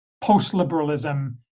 post-liberalism